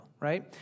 right